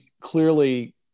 clearly